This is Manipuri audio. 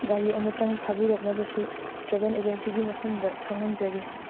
ꯒꯥꯔꯤ ꯑꯃꯇꯪ ꯊꯕꯤꯔꯛꯅꯕꯁꯨ ꯇ꯭ꯔꯦꯕꯦꯟ ꯑꯦꯖꯦꯟꯁꯤꯒꯤ ꯃꯐꯝꯗ ꯈꯪꯍꯟꯖꯔꯤ